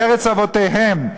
בארץ אבותיהם.